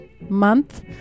month